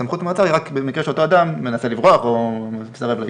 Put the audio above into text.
סמכות המעצר היא רק במקרה שאותו אדם מנסה לברוח או מסרב לעיכוב.